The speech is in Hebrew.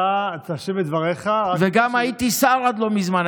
אתה תשלים את דבריך, ורק, גם הייתי שר עד לא מזמן.